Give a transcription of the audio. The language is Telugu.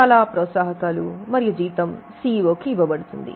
చాలా ప్రోత్సాహకాలు మరియు జీతం సిఇఓకు ఉంటుంది